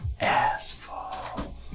Asphalt